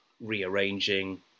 rearranging